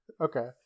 Okay